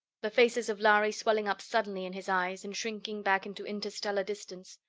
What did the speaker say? the faces of lhari swelling up suddenly in his eyes and shrinking back into interstellar distance,